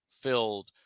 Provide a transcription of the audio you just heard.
filled